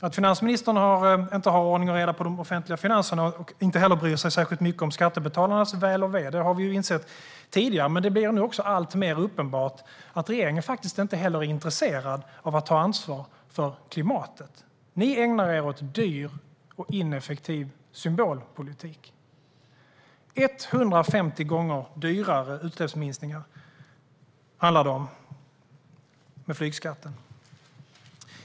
Att finansministern inte har ordning och reda på de offentliga finanserna och inte heller bryr sig särskilt mycket om skattebetalarnas väl och ve har vi insett tidigare, men det blir ännu alltmer uppenbart att regeringen faktiskt inte heller är intresserad av att ta ansvar för klimatet. Ni ägnar er åt dyr och ineffektiv symbolpolitik. Det handlar om 150 gånger dyrare utsläppsminskningar med flygskatten.